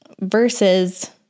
versus